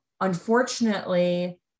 unfortunately